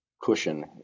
cushion